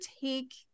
take